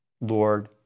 Lord